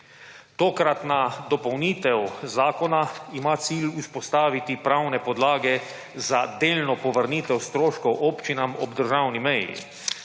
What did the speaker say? Tokratna dopolnitev zakona ima cilj vzpostaviti pravne podlage za delno povrnitev stroškov občinam ob državni meji.